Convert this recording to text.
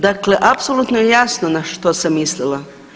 Dakle, apsolutno je jasno na što sam mislila.